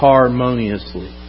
Harmoniously